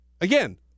again